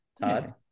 Todd